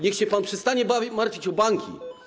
Niech się pan przestanie martwić o banki.